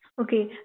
Okay